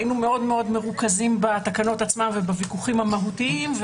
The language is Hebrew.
היינו מאוד מרוכזים בתקנות עצמן ובוויכוחים המהותיים,